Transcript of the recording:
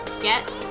get